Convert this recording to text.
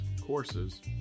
courses